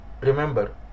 remember